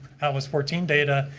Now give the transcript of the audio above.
was fourteen data.